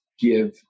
give